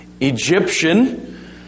Egyptian